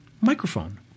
microphone